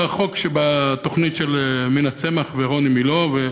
בתוכנית של מינה צמח ורוני מילוא.